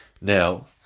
Now